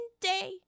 day